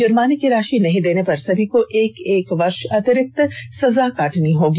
जुर्माने की राषि नहीं देने पर सभी को एक एक वर्ष अतिरिक्त सजा काटनी होर्गी